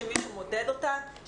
שמישהו מודד אותן,